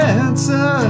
answer